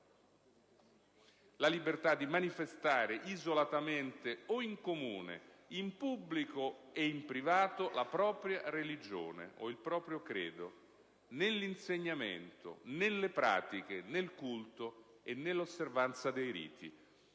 la libertà di manifestare, isolatamente o in comune, in pubblico e in privato, la propria religione o il proprio credo, nell'insegnamento, nelle pratiche, nel culto e nell'osservanza dei riti».